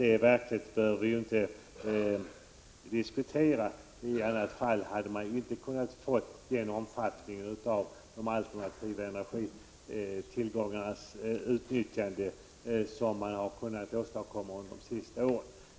Detta behöver vi knappast diskutera. Utan den insatsen hade man inte kunnat få den omfattning av de alternativa energitillgångarnas utnyttjande som kunnat åstadkommas de senaste åren.